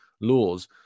laws